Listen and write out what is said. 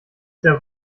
der